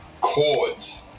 Chords